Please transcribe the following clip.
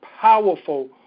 powerful